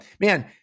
man